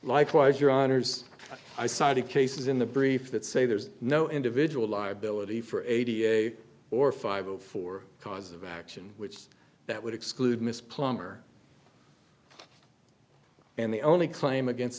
likewise your honors i cited cases in the brief that say there's no individual liability for eight or five of four causes of action which that would exclude miss plummer and the only claim against